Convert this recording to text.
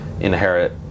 inherit